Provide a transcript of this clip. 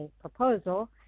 proposal